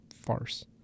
farce